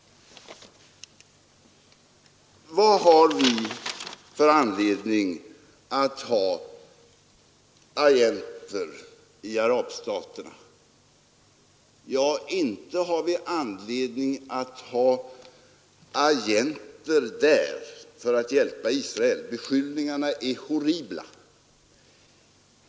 Vad har vi för anledning att ha agenter i Arabstaterna? Ja, inte har vi anledning att ha agenter där för att hjälpa Israel. Dessa beskyllningar är horribla.